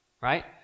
Right